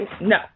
no